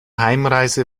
heimreise